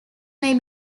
may